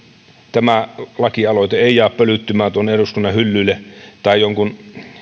tämä lakialoite ei jää pölyttymään tuonne eduskunnan hyllyille tai jonkun